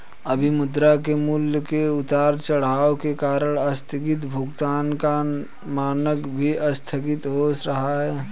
अभी मुद्रा के मूल्य के उतार चढ़ाव के कारण आस्थगित भुगतान का मानक भी आस्थगित हो रहा है